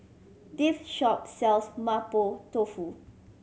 this shop sells Mapo Tofu